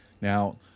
Now